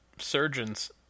surgeons